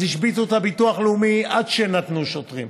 השביתו את הביטוח הלאומי עד שנתנו שוטרים.